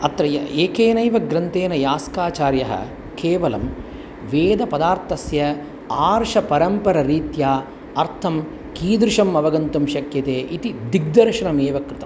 अत्र य एकेनैव ग्रन्थेन यास्काचार्यः केवलं वेद पदार्थस्य आर्षपरम्परारीत्या अर्थं कीदृशम् अवगन्तुं शक्यते इति दिग्दर्शनमेव कृतम्